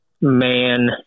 man